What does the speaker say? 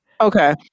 okay